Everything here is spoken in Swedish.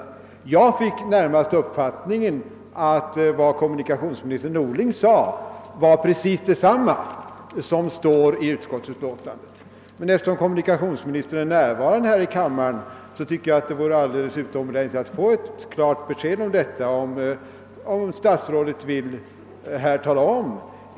Jag fick närmast den uppfattningen att vad kommunikationsminister Norling sade var precis detsamma som står i utskottsutlåtandet. Men eftersom kommunikationsministern är närvarande i kammaren tycker jag att det vore alldeles utomordentligt att få ett klart besked om detta.